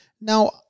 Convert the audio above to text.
now